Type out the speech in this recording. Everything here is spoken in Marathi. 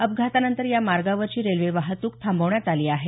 अपघातानंतर या मार्गावरची रेल्वे वाहतूक थांबवण्यात आली आहे